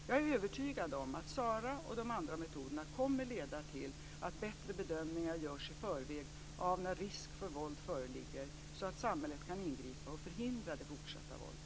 Jag är övertygad om att SARA och de andra metoderna kommer att leda till att bättre bedömningar görs i förväg av när risk för våld föreligger, så att samhället kan ingripa och förhindra det fortsatta våldet.